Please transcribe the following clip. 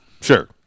Sure